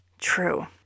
true